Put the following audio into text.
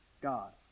God